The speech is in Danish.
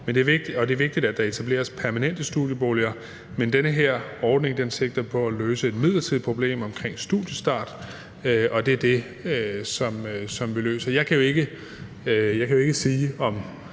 det er vigtigt, at der etableres permanente studieboliger. Men den her ordning sigter på at løse et midlertidigt problem omkring studiestart, og det er det, som vi løser. Jeg kan jo ikke sige, om